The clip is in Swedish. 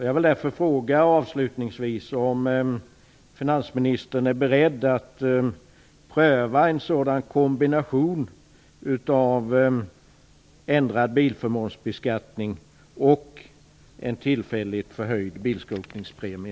Jag vill därför avslutningsvis fråga om finansministern är beredd att pröva en sådan kombination av ändrad bilförmånsbeskattning och en tillfälligt förhöjd bilskrotningspremie.